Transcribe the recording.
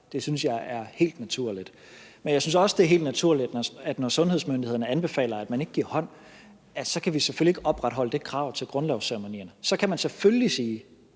Det synes jeg er helt naturligt. Men jeg synes også, det er helt naturligt, at vi, når sundhedsmyndighederne anbefaler, at man ikke giver hånd, selvfølgelig ikke kan opretholde det krav til grundlovsceremonierne. Man kan selvfølgelig sige,